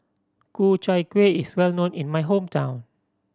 Ku Chai Kueh is well known in my hometown